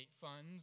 funds